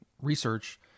research